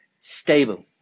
stable